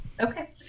Okay